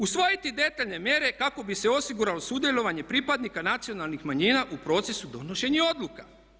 Usvojiti detaljne mjere kako bi se osiguralo sudjelovanje pripadnika nacionalnih manjina u procesu donošenja odluka.